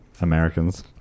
Americans